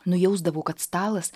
nujausdavau kad stalas